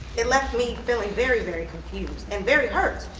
it left me feeling very, very confused. and very hurt.